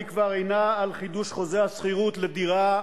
היא כבר אינה על חידוש חוזה השכירות לדירה,